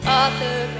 author